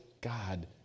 God